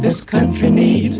this country needs